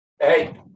Hey